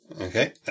Okay